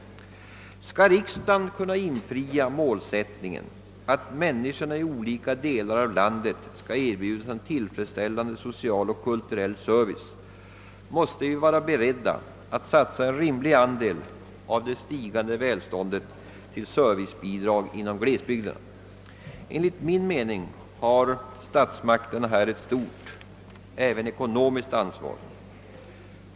Skall riksdagen kunna infria målsättningen att människorna i olika delar av landet skall erbjudas en tillfredsställande social och kulturell service, måste vi vara beredda att satsa en rimlig andel av det stigande välståndet på servicebidrag till glesbygderna. Enligt min mening har statsmakterna härvidlag även ett stort ekonomiskt ansvar.